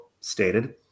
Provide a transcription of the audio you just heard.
stated